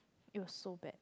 it was so bad